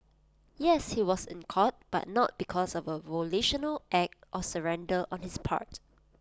yes he was in court but not because of A volitional act of surrender on his part